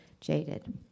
jaded